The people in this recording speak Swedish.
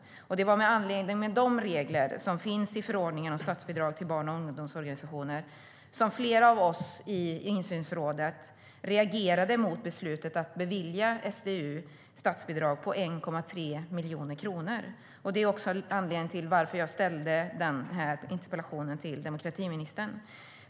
Det var med anledning av de regler som finns i förordningen om statsbidrag till barn och ungdomsorganisationer som flera av oss i insynsrådet reagerade mot beslutet att bevilja SDU statsbidrag på 1,3 miljoner kronor. Det är också anledningen till att jag har ställt den här interpellationen till demokratiministern.